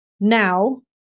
now